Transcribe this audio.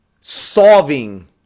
solving